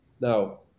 Now